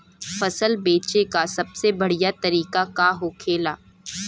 फसल बेचे का सबसे बढ़ियां तरीका का होखेला?